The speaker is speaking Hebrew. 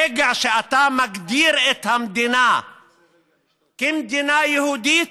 ברגע שאתה מגדיר את המדינה כמדינה יהודית,